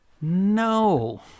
No